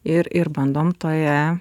ir ir bandom toje